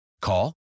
Call